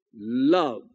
Love